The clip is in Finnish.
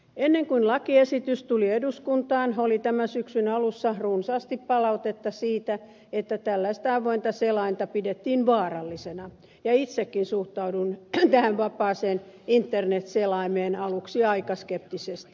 ennen kuin lakiesitys tuli eduskuntaan oli tämän syksyn alussa runsaasti palautetta siitä että tällaista avointa selainta pidettiin vaarallisena ja itsekin suhtauduin tähän vapaaseen internet selaimeen aluksi aika skeptisesti